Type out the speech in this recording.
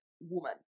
woman